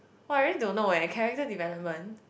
!wah! I really don't know eh character development